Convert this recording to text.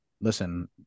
listen